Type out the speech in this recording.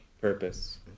purpose